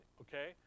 okay